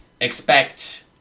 Expect